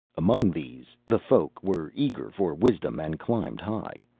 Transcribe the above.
among these, the folk were eager for wisdom and climbed high.